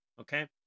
okay